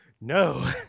no